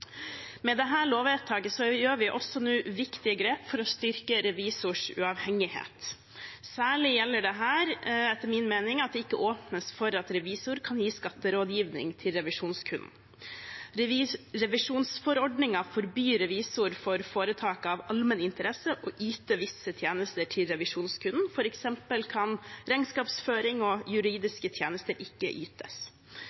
Med dette lovvedtaket tar vi også viktige grep for å styrke revisors uavhengighet. Særlig gjelder dette etter min mening at det ikke åpnes for at revisor kan gi skatterådgivning til revisjonskunden. Revisjonsforordningen forbyr revisor for foretak av allmenn interesse å yte visse tjenester til revisjonskunden, f.eks. kan regnskapsføring og